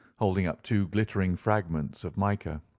holding up two glittering fragments of mica.